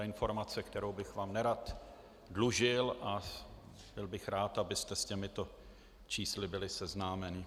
To je informace, kterou bych vám nerad dlužil, a byl bych rád, abyste s těmito čísly byli seznámeni.